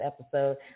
episode